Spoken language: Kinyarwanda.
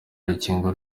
rukingo